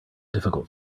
difficult